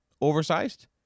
oversized